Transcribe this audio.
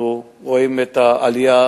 אנחנו רואים את העלייה